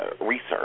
research